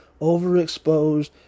overexposed